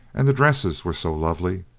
and the dresses were so lovely.